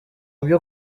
byo